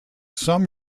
some